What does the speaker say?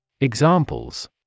Examples